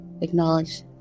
acknowledge